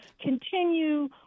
continue